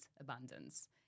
abundance